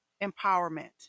empowerment